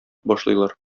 башлыйлар